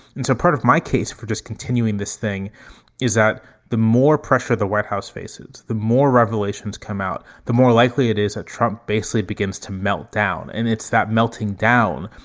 and so part of my case for just continuing this thing is that the more pressure the white house faces, the more revelations come out, the more likely it is that trump basically begins to melt down. and it's that melting down,